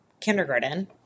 kindergarten